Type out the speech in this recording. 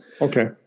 Okay